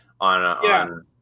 on